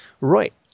Right